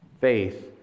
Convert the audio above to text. faith